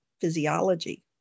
physiology